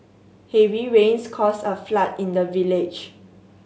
heavy rains caused a flood in the village